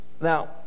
Now